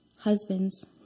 Husbands